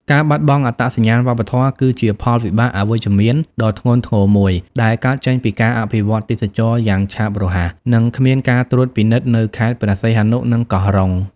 ការបាត់បង់អត្តសញ្ញាណវប្បធម៌ គឺជាផលវិបាកអវិជ្ជមានដ៏ធ្ងន់ធ្ងរមួយដែលកើតចេញពីការអភិវឌ្ឍទេសចរណ៍យ៉ាងឆាប់រហ័ស និងគ្មានការត្រួតពិនិត្យនៅខេត្តព្រះសីហនុ និងកោះរ៉ុង។